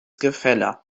gefälle